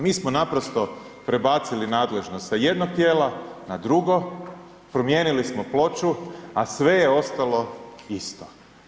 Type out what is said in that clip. Mi smo naprosto prebacili nadležnost s jednog tijela na drugo, promijenili smo ploču, a sve je ostalo isto.